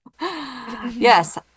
Yes